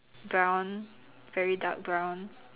brown very dark brown